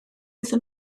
iddyn